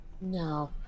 no